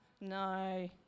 No